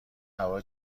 هوا